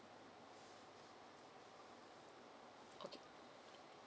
okay